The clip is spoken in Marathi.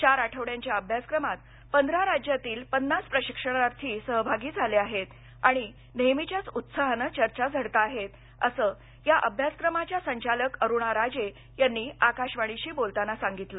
चार आठवड्यांच्या अभ्यासक्रमात पंधरा राज्यांतील पन्नास प्रशिक्षणार्थी सहभागी झाले आहेत आणि नेहमीच्याच उत्साहान चर्चा झडताहेत असं या अभ्यासक्रमाच्या संचालक अरुणा राजे यांनी आकाशवाणीशी बोलताना सांगितलं